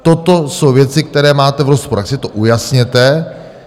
Toto jsou věci, které máte v rozporu, tak si to ujasněte.